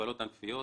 מגבלות ענפיות,